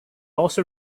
also